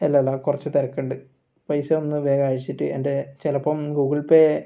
അല്ലല്ല കുറച്ച് തിരക്കുണ്ട് പൈസ ഒന്ന് വേഗം അയച്ചിട്ട് എൻ്റെ ചിലപ്പം ഗൂഗിൾ പേ